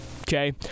okay